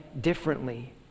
differently